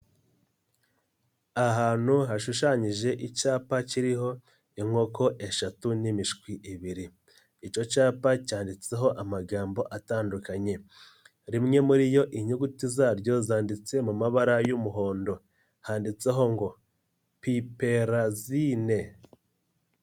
Ahantu hashushanyije icyapa kiriho inkoko eshatu n'imishwi ibiri, ico capa cyanditseho amagambo atandukanye rimwe muri yo inyuguti zaryo zanditse mu mabara y'umuhondo, handitseho ngo piperazine.